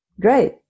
Great